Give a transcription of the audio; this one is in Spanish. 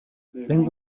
tengo